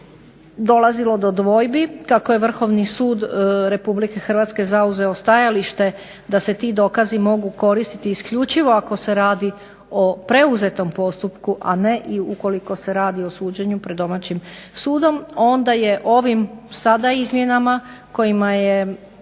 dolazilo do dvojbi, kako je Vrhovni sud Republike Hrvatske zauzeo stajalište da se ti dokazi mogu koristiti isključivo ako se radi o preuzetom postupku, a ne ukoliko se radi o suđenju pred domaćim sudom onda je sada ovim izmjenama kojima je